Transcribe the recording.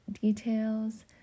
details